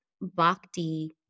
bhakti